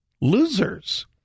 losers